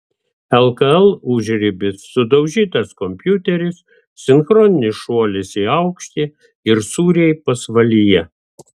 lkl užribis sudaužytas kompiuteris sinchroninis šuolis į aukštį ir sūriai pasvalyje